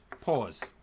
Pause